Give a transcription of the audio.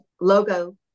logo